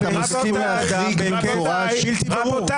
--- רבותיי, רבותיי.